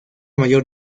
mayor